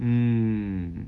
mm